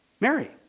Mary